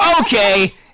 Okay